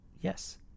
yes